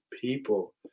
people